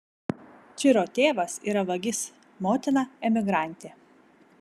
čiro tėvas yra vagis motina emigrantė